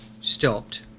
stopped